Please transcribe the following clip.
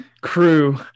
crew